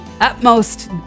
utmost